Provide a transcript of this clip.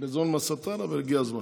החיפזון מהשטן, אבל הגיע הזמן.